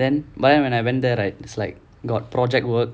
then but then when I went there right it's like got project work